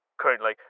currently